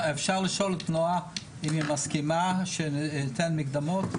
אפשר לשאול את נועה אם היא מסכימה שניתן מקדמות.